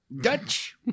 Dutch